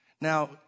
Now